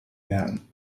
merken